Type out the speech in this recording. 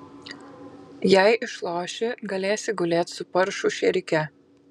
jei išloši galėsi gulėt su paršų šėrike